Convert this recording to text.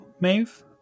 Maeve